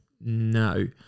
No